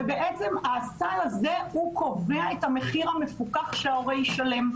ובעצם הסל הזה הוא קובע את המחיר המפוקח שההורה ישלם.